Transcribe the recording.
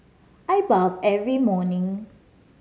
I bathe every morning